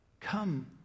Come